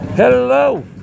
Hello